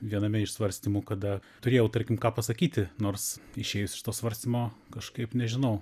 viename iš svarstymų kada turėjau tarkim ką pasakyti nors išėjus iš to svarstymo kažkaip nežinau